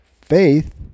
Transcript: Faith